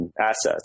Assets